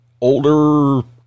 older